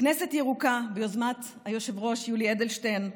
"כנסת ירוקה" ביוזמת היושב-ראש יולי אדלשטיין,